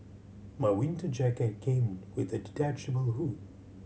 my winter jacket came with a detachable hood